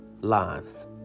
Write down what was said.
lives